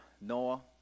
Noah